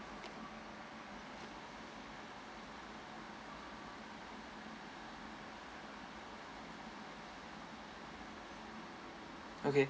okay